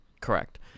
Correct